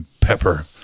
Pepper